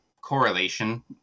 correlation